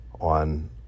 on